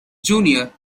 junior